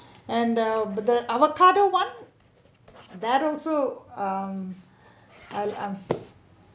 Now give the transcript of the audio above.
and the the avocado one that also um I'll um